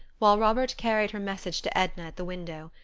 while robert carried her message to edna at the window.